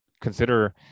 consider